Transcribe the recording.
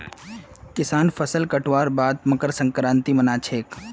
किसान फसल कटवार बाद मकर संक्रांति मना छेक